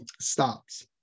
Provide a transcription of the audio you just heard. stops